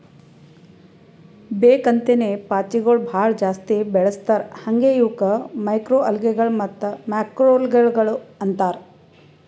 ಬೇಕ್ ಅಂತೇನೆ ಪಾಚಿಗೊಳ್ ಭಾಳ ಜಾಸ್ತಿ ಬೆಳಸ್ತಾರ್ ಹಾಂಗೆ ಇವುಕ್ ಮೈಕ್ರೊಅಲ್ಗೇಗಳ ಮತ್ತ್ ಮ್ಯಾಕ್ರೋಲ್ಗೆಗಳು ಅಂತಾರ್